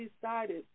decided